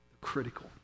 critical